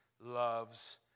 loves